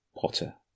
Potter